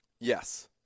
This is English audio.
Yes